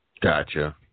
gotcha